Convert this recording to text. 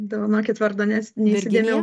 dovanokit vardo nes neįsidėmėjau